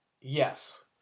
yes